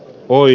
voi